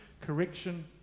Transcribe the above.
correction